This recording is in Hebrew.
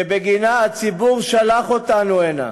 שבגינה הציבור שלח אותנו הנה.